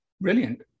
Brilliant